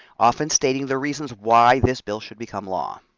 often stating the reasons why this bill should become law.